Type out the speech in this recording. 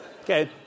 Okay